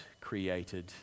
created